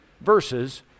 verses